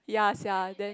ya sia then